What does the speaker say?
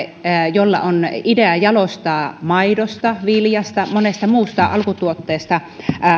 jolla on idea jalostaa maidosta viljasta monesta muusta alkutuotteesta